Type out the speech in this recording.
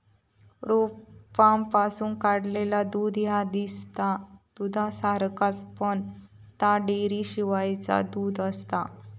रोपांपासून काढलेला दूध ह्या दिसता दुधासारख्याच, पण ता डेअरीशिवायचा दूध आसता